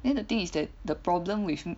then the thing is that the problem with